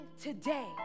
today